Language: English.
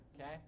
okay